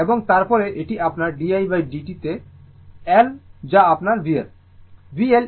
এবং তারপরে এটি আপনার di dt তে L যা আপনার VL